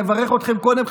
נברך אתכם קודם,